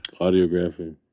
Audiography